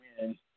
win